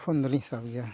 phone ᱫᱚᱞᱤᱧ ᱥᱟᱵ ᱜᱮᱭᱟ